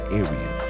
area